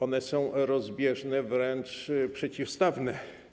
One są rozbieżne, wręcz przeciwstawne.